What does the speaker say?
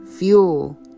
fuel